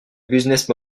business